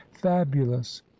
fabulous